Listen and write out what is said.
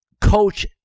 coach